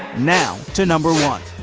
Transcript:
now to number one.